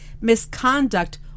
misconduct